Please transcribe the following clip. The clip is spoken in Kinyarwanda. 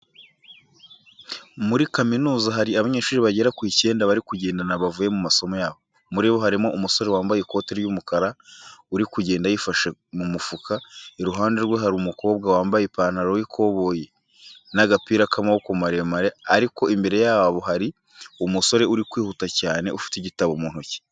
Muri kaminuza hari abanyeshuri bagera ku icyenda bari kugendana bavuye mu masomo yabo. Muri bo harimo umusore wambaye ikote ry'umukara uri kugenda yifashe mu mufuka, iruhande rwe hari umukobwa wambaye ipantaro y'ikoboyi n'agapira k'amaboko maremare ariko imbere yabo hari umusore uri kwihuta cyane ufite igitabo mu ntoki.